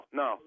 no